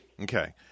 Okay